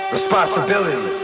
Responsibility